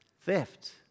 theft